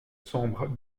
sombre